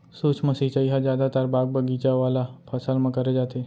सूक्ष्म सिंचई ह जादातर बाग बगीचा वाला फसल म करे जाथे